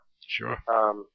Sure